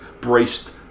Braced